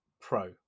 Pro